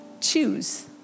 choose